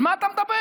על מה אתה מדבר?